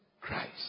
Christ